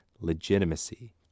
legitimacy